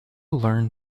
learn